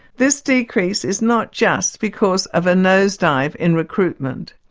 this decrease is not just because of a nose dive in recruitment,